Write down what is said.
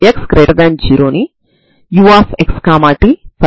కాబట్టి ఈ సందర్భంలో దీనిని మనం పెడితే మనం Xx2 Xx0 ని పొందుతాము